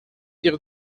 ihre